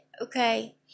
okay